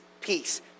peace